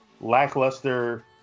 lackluster